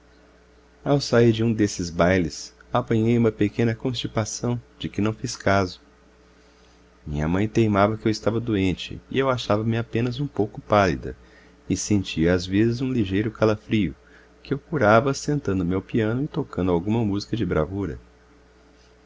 transformado ao sair de um desses bailes apanhei uma pequena constipação de que não fiz caso minha mãe teimava que eu estava doente e eu achava-me apenas um pouco pálida e sentia às vezes um ligeiro calafrio que eu curava sentando me ao piano e tocando alguma música de bravura